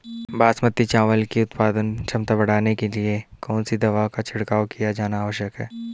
बासमती चावल की उत्पादन क्षमता बढ़ाने के लिए कौन सी दवा का छिड़काव किया जाना आवश्यक है?